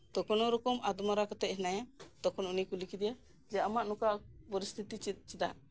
ᱛᱳ ᱠᱳᱱᱳ ᱨᱚᱠᱚᱢ ᱟᱫᱽᱢᱚᱨᱟ ᱠᱟᱛᱮᱜ ᱢᱮᱱᱟᱭᱟ ᱛᱚᱠᱷᱚᱱ ᱩᱱᱤ ᱠᱩᱞᱤ ᱠᱮᱫᱮᱭᱟ ᱟᱢᱟᱜ ᱱᱚᱝᱠᱟ ᱯᱚᱨᱤᱥᱛᱷᱤᱛᱤ ᱪᱮᱫᱟᱜ